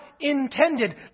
intended